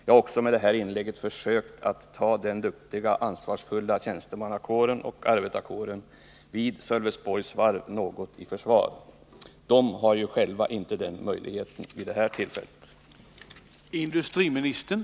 Med mitt inlägg har jag också velat visa att jagtar den duktiga och ansvarsfulla tjänstemannakåren och arbetarkåren vid Sölvesborgs Varvi försvar. Själva har de ju inte möjlighet att uttala sig vid det här tillfället.